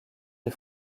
des